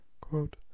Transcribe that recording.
Quote